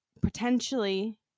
potentially